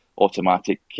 automatic